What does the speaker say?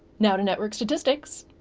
now to network statistics.